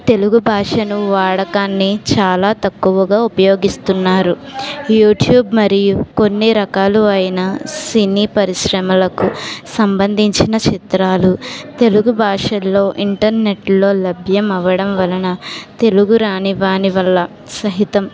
తెలుగు భాషను వాడకాన్ని చాలా తక్కువగా ఉపయోగిస్తున్నారు యూట్యూబ్ మరియు కొన్ని రకాలయిన సినీ పరిశ్రమలకు సంబంధించిన చిత్రాలు తెలుగు భాషలలో ఇంటర్నెట్లో లభ్యం అవడం వలన తెలుగు రాని వారి వల్ల సహితం